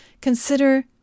consider